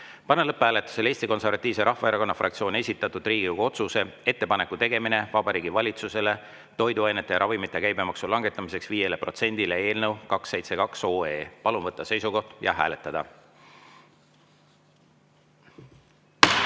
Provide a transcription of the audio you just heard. Panen lõpphääletusele Eesti Konservatiivse Rahvaerakonna fraktsiooni esitatud Riigikogu otsuse "Ettepaneku tegemine Vabariigi Valitsusele toiduainete ja ravimite käibemaksu langetamiseks 5-le protsendile" eelnõu 272. Palun võtta seisukoht ja hääletada!